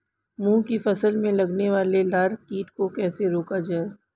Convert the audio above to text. मूंग की फसल में लगने वाले लार कीट को कैसे रोका जाए?